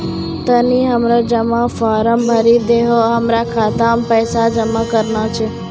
तनी हमरो जमा फारम भरी दहो, हमरा खाता मे पैसा जमा करना छै